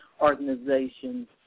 organizations